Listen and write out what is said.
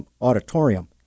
Auditorium